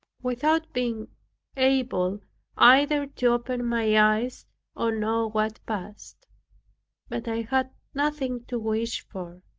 without being able either to open my eyes or know what passed but i had nothing to wish for,